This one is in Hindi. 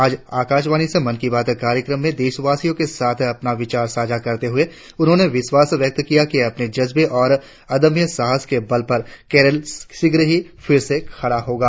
आज आकाशवाणी से मन की बात कार्यक्रम में देशवासियों के साथ अपने विचार साझा करते हुए उन्होंने विश्वास व्य्क्त किया कि अपने जज्बे और अदम्य साहस के बल पर केरल शीघ्र ही फिर से उठ खड़ा होगा